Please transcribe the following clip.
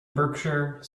berkshire